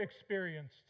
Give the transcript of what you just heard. experienced